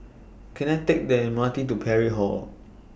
Can I Take The M R T to Parry Hall